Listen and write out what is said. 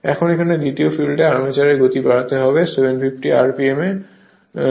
এখন দ্বিতীয় ফিল্ডে আমাদের গতি বাড়াতে হবে 750 rpm এর